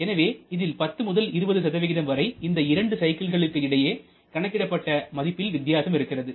எனவே இதில் 10 முதல் 20 வரை இந்த இரண்டு சைக்கிள்களுக்கு கிடையே கணக்கிடப்பட்ட மதிப்பில் வித்தியாசம் இருக்கிறது